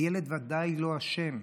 הילד ודאי לא אשם.